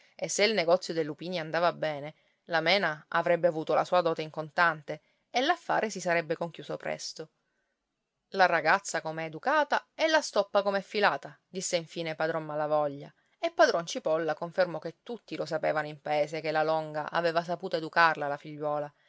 e se il negozio dei lupini andava bene la mena avrebbe avuto la sua dote in contante e l'affare si sarebbe conchiuso presto la ragazza com'è educata e la stoppa com'è filata disse infin padron malavoglia e padron cipolla confermò che tutti lo sapevano in paese che la longa aveva saputo educarla la figliuola